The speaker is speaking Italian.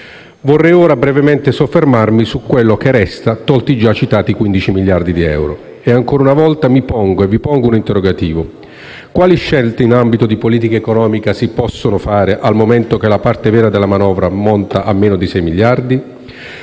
Vorrei ora brevemente soffermarmi su ciò che resta, tolti i già citati 15 miliardi di euro, e ancora una volta mi pongo e vi pongo un interrogativo: quali scelte in ambito di politica economica si possono fare, dal momento che la parte vera della manovra ammonta a meno di 6 miliardi?